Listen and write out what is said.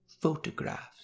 photographs